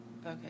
Okay